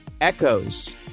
echoes